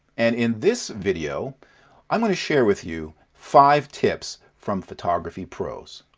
and in this video i'm going to share with you five tips from photography pros.